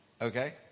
Okay